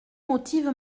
motive